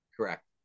correct